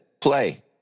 play